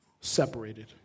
separated